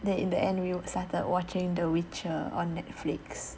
then in the end we started watching the witcher on Netflix